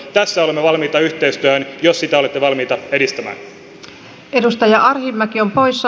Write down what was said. tässä olemme valmiita yhteistyöhön jos sitä olette valmiita edistämään